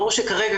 ברור שכרגע,